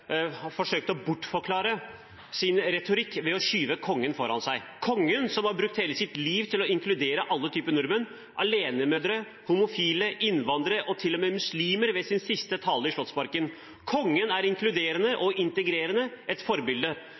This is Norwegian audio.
kongen foran seg – kongen som har brukt hele sitt liv på å inkludere alle typer nordmenn, alenemødre, homofile, innvandrere og til og med muslimer i sin siste tale i Slottsparken. Kongen er inkluderende og integrerende, et forbilde.